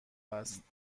است